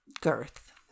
girth